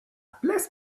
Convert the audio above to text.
bless